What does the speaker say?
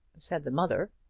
said the mother.